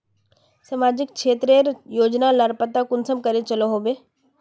सामाजिक क्षेत्र रेर योजना लार पता कुंसम करे चलो होबे?